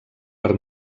per